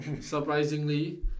surprisingly